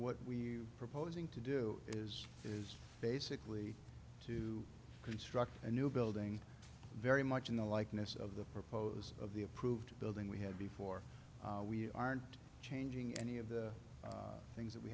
what we proposing to do is is basically to construct a new building very much in the likeness of the proposal of the approved building we had before we aren't changing any of the things that we